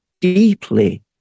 deeply